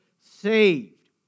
saved